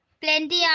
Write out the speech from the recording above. plenty